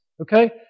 okay